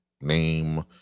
name